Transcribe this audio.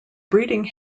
breeding